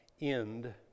end